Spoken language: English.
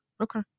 Okay